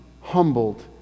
humbled